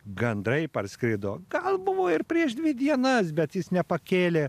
gandrai parskrido gal buvo ir prieš dvi dienas bet jis nepakėlė